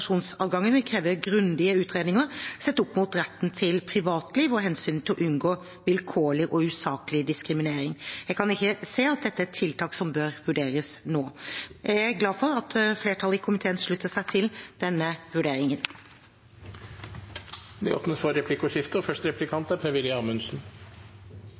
vil kreve grundige utredninger sett opp mot retten til privatliv og hensynet til å unngå vilkårlighet og usaklig diskriminering. Jeg kan ikke se at dette er et tiltak som bør vurderes nå. Jeg er glad for at flertallet i komiteen slutter seg til denne vurderingen. Det blir replikkordskifte.